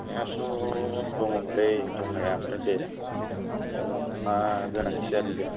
हायाथ' दङमोनलै दंनाया ओमफ्राय दे नोंनो मा गोनांथि जादों दे